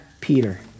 Peter